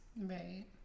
right